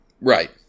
Right